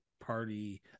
party